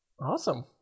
Awesome